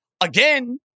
again